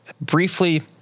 briefly